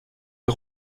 est